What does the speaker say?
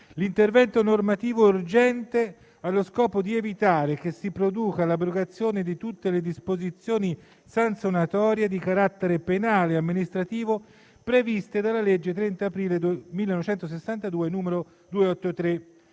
«l'intervento normativo è urgente, ha lo scopo di evitare che si produca l'abrogazione di tutte le disposizioni sanzionatorie di carattere penale e amministrativo, previste dalla legge 30 aprile 1962, n. 283»